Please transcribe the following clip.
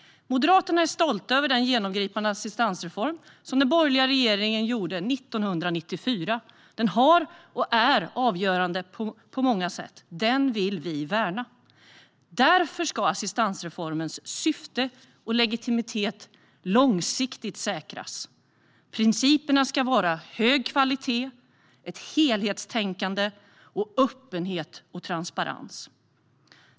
Moderaterna är stolta över den genomgripande assistansreform som den borgerliga regeringen genomförde 1994. Den har varit - och är fortfarande - avgörande på många sätt. Den vill vi värna. Därför ska assistansreformens syfte och legitimitet långsiktigt säkras. Principerna ska vara hög kvalitet, helhetstänkande, öppenhet och transparens.